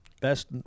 best